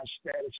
status